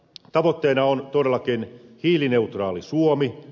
tavoitteena on todellakin hiilineutraali suomi